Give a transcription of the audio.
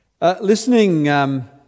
Listening